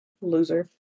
loser